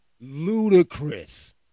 ludicrous